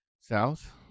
South